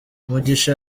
mugisha